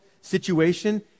situation